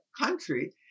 country